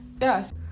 Yes